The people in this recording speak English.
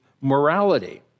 morality